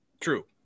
True